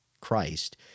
Christ